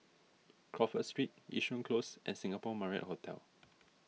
Crawford Street Yishun Close and Singapore Marriott Hotel